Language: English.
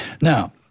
Now